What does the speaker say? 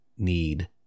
need